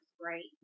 Great